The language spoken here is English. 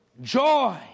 joy